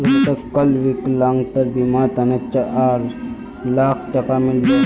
रोहितक कल विकलांगतार बीमार तने चार लाख टका मिल ले